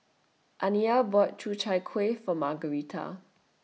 Aniyah bought Chu Chai Kuih For Margaretta